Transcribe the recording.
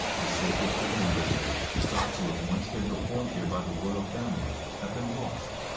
the sacred cleansing rituals thought to have once been performed here by the royal family have been lost.